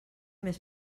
més